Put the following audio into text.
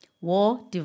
War